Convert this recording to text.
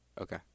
Okay